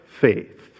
faith